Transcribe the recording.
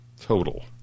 total